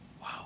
Wow